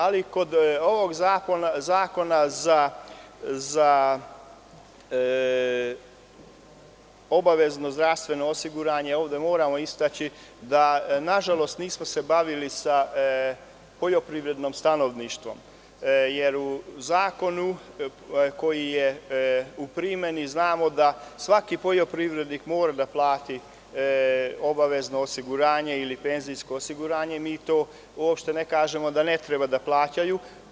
Ali, kod ovog Zakona za obavezno zdravstveno osiguranje ovde moramo istaći da nažalost, nismo se bavili sa poljoprivrednim stanovništvom, jer u zakonu koji je u primeni znamo da svaki poljoprivrednik mora da plati obavezno osiguranje ili penzijsko osiguranje i to uopšte ne kažemo da ne treba da plaćaju.